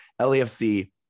LAFC